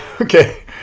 okay